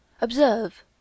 Observe